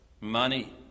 Money